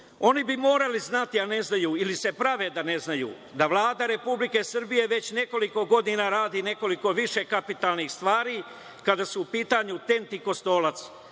oni bi morali znati, a ne znaju, ili se prave da ne znaju, da Vlada Republike Srbije već nekoliko godina radi nekoliko više kapitalnih stvari kada su u pitanju TENT i Kostolac.